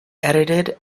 edited